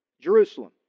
Jerusalem